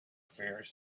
fears